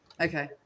Okay